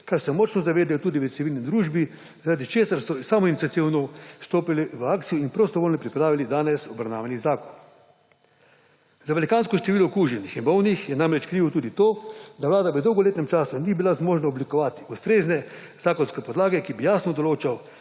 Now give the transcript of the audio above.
česar se močno zavedajo tudi v civilni družbi. Zato so samoiniciativno vstopili v akcijo in prostovoljno pripravili danes obravnavani zakon. Za velikansko število okuženih in bolnih je namreč krivo tudi to, da vlada v dolgoletnem času ni bila zmožna oblikovati ustrezne zakonske podlage, ki bi jasno določala,